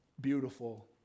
beautiful